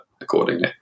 accordingly